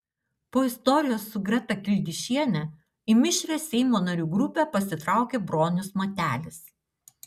po istorijos su greta kildišiene į mišrią seimo narių grupę pasitraukė bronius matelis